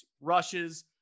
rushes